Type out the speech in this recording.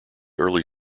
early